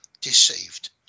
deceived